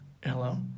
Hello